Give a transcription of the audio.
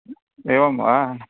एवं वा